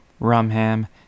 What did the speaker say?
Rumham